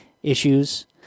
Issues